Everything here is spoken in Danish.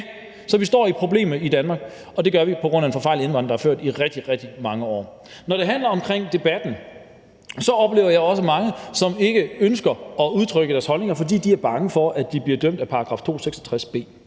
ja, vi står i problemer i Danmark, og det gør vi på grund af en forfejlet indvandringspolitik, der er blevet ført i rigtig, rigtig mange år. Når det handler om debatten, oplever jeg også mange, som ikke ønsker at udtrykke deres holdninger, fordi de er bange for, at de bliver dømt af § 266 b.